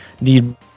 need